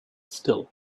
still